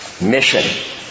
Mission